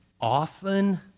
often